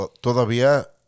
todavía